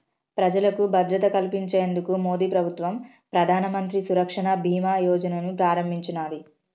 ప్రజలకు భద్రత కల్పించేందుకు మోదీప్రభుత్వం ప్రధానమంత్రి సురక్ష బీమా యోజనను ప్రారంభించినాది